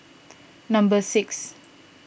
number six